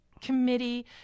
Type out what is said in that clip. committee